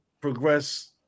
progress